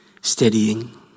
steadying